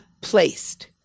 placed